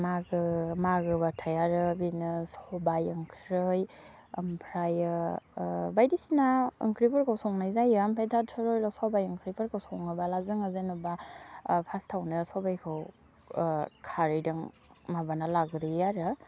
मागो मागोबाथाय आरो बिदिनो सबाइ ओंख्रै ओमफ्रायो बायदिसिना ओंख्रिफोरखौ संनाय जायो ओमफाय दा थुर'ल' सबाइ ओंख्रिफोरखौ सङोबोला जोङो जेन'बा फास्टआवनो सबाइखौ खारैदों माबाना लाग्रोयो आरो